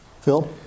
Phil